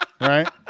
Right